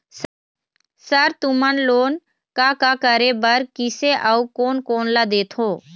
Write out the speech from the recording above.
Sir तुमन loan का का करें बर, किसे अउ कोन कोन ला देथों?